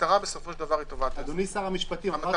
המטרה היא טובת האזרח.